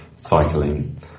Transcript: cycling